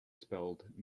spelled